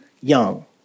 young